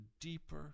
deeper